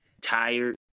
tired